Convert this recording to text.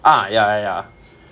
ah ya ya ya